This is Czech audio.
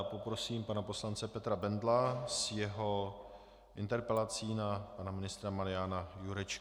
Poprosím pana poslance Petra Bendla s jeho interpelací na pana ministra Mariana Jurečku.